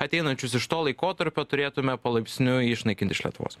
ateinančius iš to laikotarpio turėtume palaipsniui išnaikint iš lietuvos